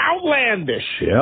outlandish